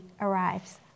arrives